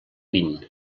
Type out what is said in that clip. vint